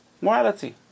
Morality